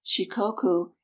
Shikoku